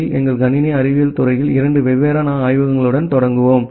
யில் எங்கள் கணினி அறிவியல் துறையில் 2 வெவ்வேறு ஆய்வகங்களுடன் தொடங்குவோம்